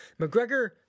McGregor